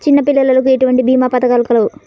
చిన్నపిల్లలకు ఎటువంటి భీమా పథకాలు కలవు?